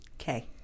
Okay